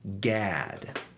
Gad